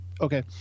Okay